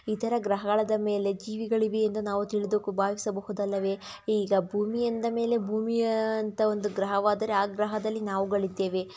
ಇತರ ಗೃಹಗಳದ ಮೇಲೆ ಜೀವಿಗಳಿವೆ ಎಂದು ನಾವು ತಿಳಿದು ಭಾವಿಸಬಹುದಲ್ಲವೇ ಈಗ ಭೂಮಿ ಎಂದ ಮೇಲೆ ಭೂಮಿಯ ಅಂತ ಒಂದು ಗ್ರಹಾವಾದರೆ ಆ ಗ್ರಹದಲ್ಲಿ ನಾವುಗಳು ಇದ್ದೇವೆ